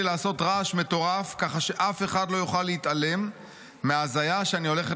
לעשות רעש מטורף כך שאף אחד לא יוכל להתעלם מההזיה שאני הולכת